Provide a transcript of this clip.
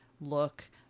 look